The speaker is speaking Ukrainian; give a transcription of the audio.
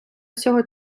всього